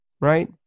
Right